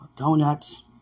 Donuts